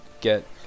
get